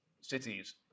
cities